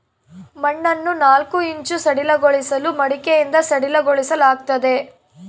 ಮಣ್ಣನ್ನು ನಾಲ್ಕು ಇಂಚು ಸಡಿಲಗೊಳಿಸಲು ಮಡಿಕೆಯಿಂದ ಸಡಿಲಗೊಳಿಸಲಾಗ್ತದೆ